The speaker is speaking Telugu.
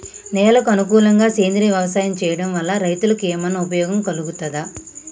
నేలకు అనుకూలంగా సేంద్రీయ వ్యవసాయం చేయడం వల్ల రైతులకు ఏమన్నా ఉపయోగం కలుగుతదా?